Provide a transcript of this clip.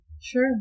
sure